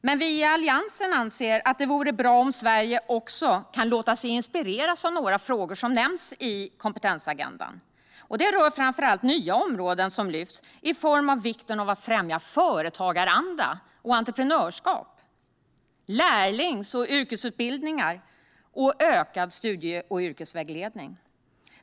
Men vi i Alliansen anser att det vore bra om Sverige också kan låta sig inspireras av några frågor som nämns i kompetensagendan. Det rör framför allt nya områden som lyfts fram i form av vikten att främja företagaranda och entreprenörskap, lärlings och yrkesutbildningar och ökad studie och yrkesvägledning.